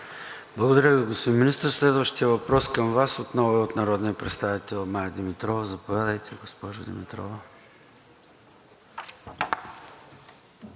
Благодаря Ви, господин Министър. Следващият въпрос към Вас отново е от народния представител Мая Димитрова. Заповядайте, госпожо Димитрова.